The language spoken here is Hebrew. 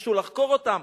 מישהו לחקור אותם,